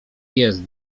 jest